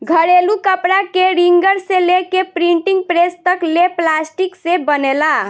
घरेलू कपड़ा के रिंगर से लेके प्रिंटिंग प्रेस तक ले प्लास्टिक से बनेला